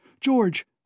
George